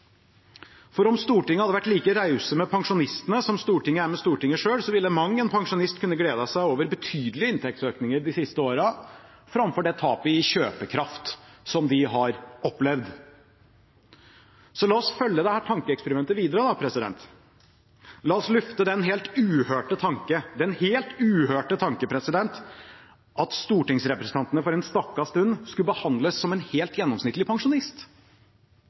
For om Stortinget hadde vært like rause med pensjonistene som Stortinget er med Stortinget selv, ville mang en pensjonist kunne gledet seg over betydelige inntektsøkninger de siste årene – framfor det tapet i kjøpekraft som de har opplevd. La oss følge dette tankeeksperimentet videre. La oss lufte den helt uhørte tanke – den helt uhørte tanke at stortingsrepresentantene for en stakket stund skulle behandles som en helt gjennomsnittlig pensjonist,